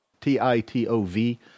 T-I-T-O-V